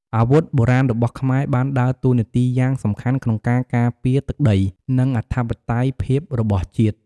អាវុធបុរាណរបស់ខ្មែរបានដើរតួនាទីយ៉ាងសំខាន់ក្នុងការការពារទឹកដី និងអធិបតេយ្យភាពរបស់ជាតិ។